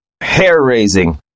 hair-raising